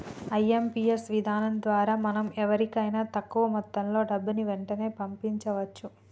IMPS విధానం ద్వారా మనం వేరెవరికైనా తక్కువ మొత్తంలో డబ్బుని వెంటనే పంపించవచ్చు